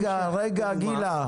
רגע, גילה.